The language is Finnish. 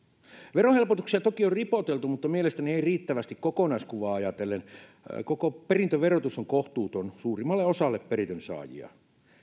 verohelpotuksia toki on ripoteltu mutta mielestäni ei riittävästi kokonaiskuvaa ajatellen koko perintöverotus on kohtuuton suurimmalle osalle perinnönsaajia